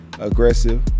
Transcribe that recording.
Aggressive